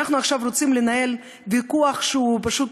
אנחנו רוצים עכשיו לנהל ויכוח שהוא פשוט